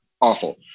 awful